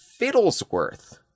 Fiddlesworth